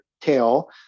tail